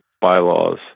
bylaws